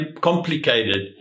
complicated